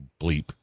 bleep